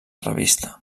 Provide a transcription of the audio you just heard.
revista